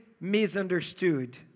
misunderstood